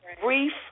brief